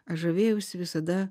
aš žavėjausi visada